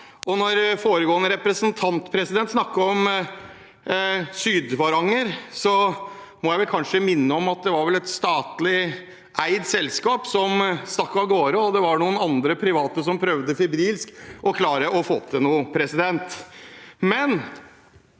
bra. Foregående representant snakket om Sydvaranger. Da må jeg vel kanskje minne om at det vel var et statlig eid selskap som stakk av gårde, og det var noen andre private som prøvde febrilsk å klare å få til noe. Det er